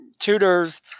tutors